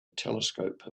telescope